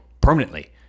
permanently